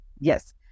Yes